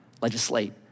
legislate